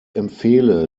empfehle